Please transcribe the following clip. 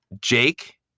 Jake